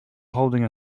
holding